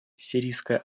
сирийская